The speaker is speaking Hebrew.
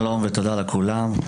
שלום ותודה לכולם.